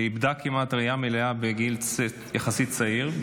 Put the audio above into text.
כמעט איבדה ראייה מלאה בגיל יחסית צעיר,